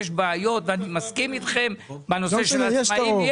יש בעיות, ואני מסכים איתכם, בנושא של העצמאים.